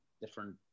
different